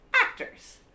actors